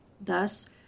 Thus